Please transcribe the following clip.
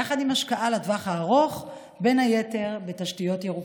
יחד עם השקעה לטווח הארוך בתשתיות ירוקות,